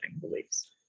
beliefs